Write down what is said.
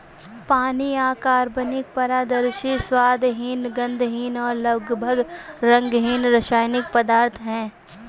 पानी अकार्बनिक, पारदर्शी, स्वादहीन, गंधहीन और लगभग रंगहीन रासायनिक पदार्थ है